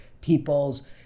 people's